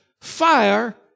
fire